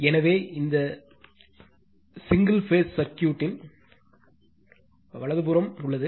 எனவே இந்த single phase சர்க்யூட்ன் வலதுபுறம் உள்ளது